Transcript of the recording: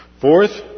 Fourth